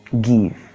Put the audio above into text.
Give